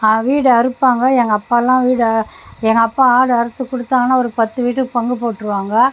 வீட அருப்பாங்க எங்கள் அப்பால்லாம் வீட எங்கள் அப்பா ஆடு அறுத்து கொடுத்தாங்கனா ஒரு பத்து வீட்டுக்கு பங்கு போட்டுருவாங்க